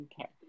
Okay